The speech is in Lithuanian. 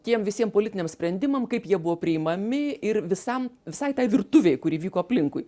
tiem visiem politiniam sprendimam kaip jie buvo priimami ir visam visai tai virtuvei kuri vyko aplinkui